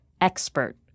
expert